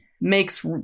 makes